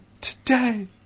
today